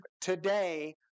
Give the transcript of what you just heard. today